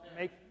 make